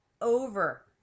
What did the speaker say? over